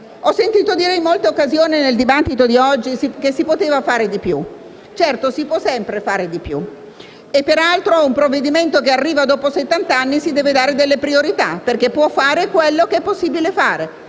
Ho sentito dire in molte occasioni, nel dibattito di oggi, che si poteva fare di più. Certo, si può sempre fare di più. Peraltro, un provvedimento che arriva dopo settant' anni si deve dare delle priorità perché può fare quello che è possibile fare